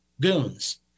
goons